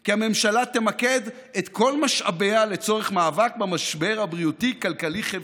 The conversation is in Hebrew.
כי הממשלה תמקד את כל משאביה לצורך מאבק במשבר הבריאותי-כלכלי-חברתי,